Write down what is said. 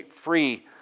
free